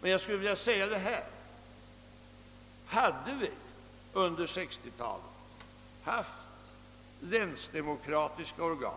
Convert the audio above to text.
Men låt oss föreställa oss att vi under 1960-talet hade haft länsdemokratiska organ